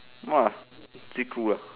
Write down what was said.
!wah! stay cool ya